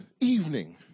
evening